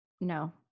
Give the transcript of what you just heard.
No